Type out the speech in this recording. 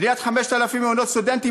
בניית 5,000 מעונות סטודנטים,